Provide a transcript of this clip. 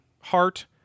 heart